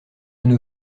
nos